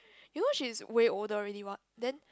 you know she's way older already what then